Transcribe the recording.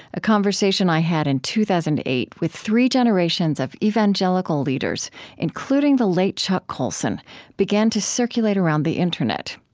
a conversation i had in two thousand and eight with three generations of evangelical leaders including the late chuck colson began to circulate around the internet.